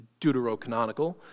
deuterocanonical